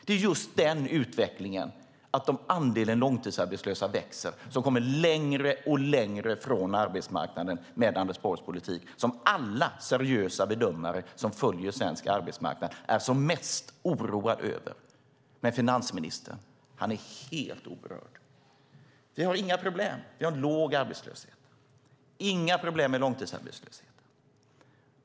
Det är just utvecklingen att andelen långtidsarbetslösa växer och att de kommer allt längre från arbetsmarknaden med Anders Borgs politik som alla seriösa bedömare som följer svensk arbetsmarknad är som mest oroade över. Men finansministern är helt oberörd. Vi har inga problem. Vi har en låg arbetslöshet. Vi har inga problem med långtidsarbetslösheten.